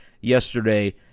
yesterday